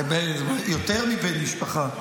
זה יותר מבן משפחה.